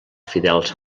fidels